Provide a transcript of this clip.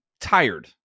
tired